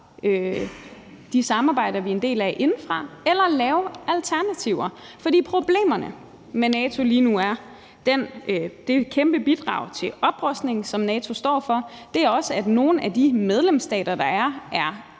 de samarbejder, vi er en del af, indefra eller lave alternativer. For problemerne med NATO lige nu er det kæmpe bidrag til oprustning, som NATO står for, og det er også, at nogle af de medlemsstater, der er